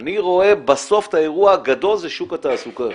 אני רואה בסוף את האירוע הגדול שזה שוק התעסוקה,